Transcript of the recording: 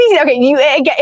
okay